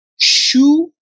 shoe